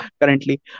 currently